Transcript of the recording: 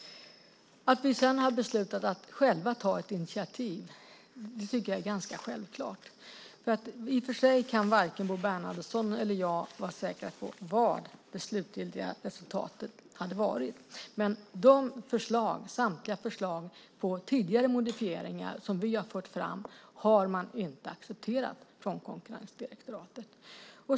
Att vi sedan har beslutat att själva ta ett initiativ tycker jag är ganska självklart. I och för sig kan varken Bo Bernhardsson eller jag vara säkra på vad det slutgiltiga resultatet hade varit, men inget av de förslag på tidigare modifieringar som vi har fört fram har accepterats från konkurrensdirektoratet.